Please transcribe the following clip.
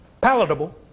Palatable